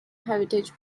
heritage